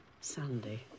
Sandy